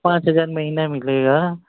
पाँच हज़ार महिना मिलेगा